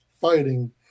fighting